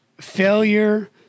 failure